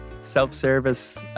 self-service